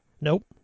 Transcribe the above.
Nope